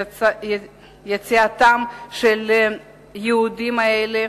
יציאתם של יהודים אלה